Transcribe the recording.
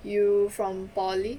you from poly